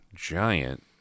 giant